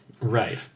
Right